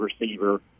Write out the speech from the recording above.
receiver